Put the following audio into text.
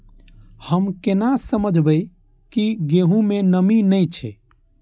हम केना समझये की गेहूं में नमी ने छे?